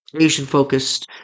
Asian-focused